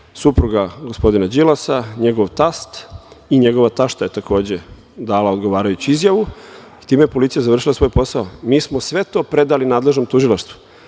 supruga gospodina Đilasa, njegov tasta i njegova tašta je takođe dala odgovarajuću izjavu i time je policija završila svoj posao. Mi smo sve to predali nadležnom tužilaštvu.